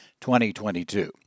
2022